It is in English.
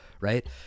right